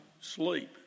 sleep